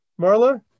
Marla